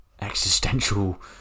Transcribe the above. existential